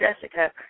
Jessica